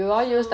so